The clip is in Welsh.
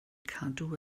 cadw